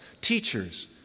teachers